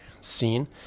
scene